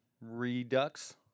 Redux